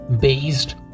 based